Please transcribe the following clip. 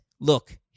look